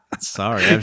Sorry